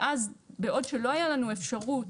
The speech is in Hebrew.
ואז בעוד שלא הייתה לנו אפשרות,